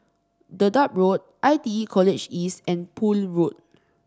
Dedap Road I T E College East and Poole Road